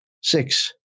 Six